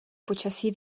počasí